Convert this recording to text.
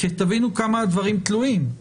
כי תבינו כמה הדברים תלויים,